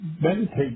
meditate